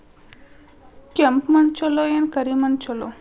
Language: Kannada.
ಕೆಂಪ ಮಣ್ಣ ಛಲೋ ಏನ್ ಕರಿ ಮಣ್ಣ ಛಲೋ?